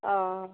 अह